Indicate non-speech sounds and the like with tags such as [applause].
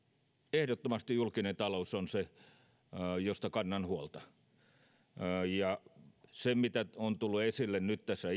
ehdottomasti julkinen talous on se mistä kannan huolta se mitä on tullut esille nyt tässä [unintelligible]